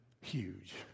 huge